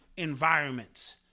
Environments